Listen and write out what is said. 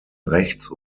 rechts